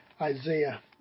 Isaiah